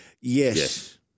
Yes